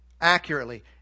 Accurately